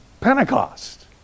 Pentecost